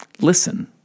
Listen